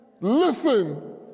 Listen